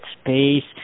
space